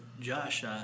Josh